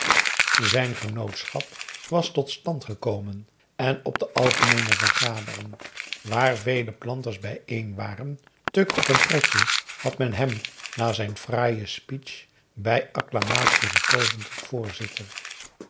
zijn genootschap was tot stand gekomen en op de algemeene vergadering waar vele planters bijeen waren tuk op een pretje had men hem na zijn fraaien speech bij acclamatie gekozen tot voorzitter